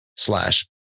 Slash